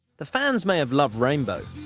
the fans may have loved rainbow,